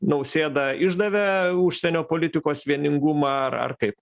nausėda išdavė užsienio politikos vieningumą ar ar kaip